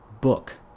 Book